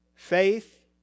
Faith